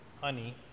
honey